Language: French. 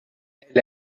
elle